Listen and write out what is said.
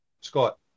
Scott